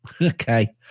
Okay